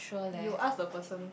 you ask the person